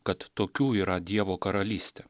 kad tokių yra dievo karalystė